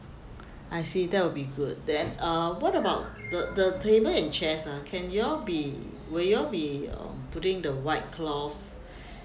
I see that will be good then uh what about the the table and chairs ah can you all be will you all be um putting the white cloths